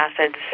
acids